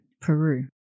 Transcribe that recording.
Peru